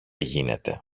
γίνεται